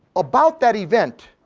about that event,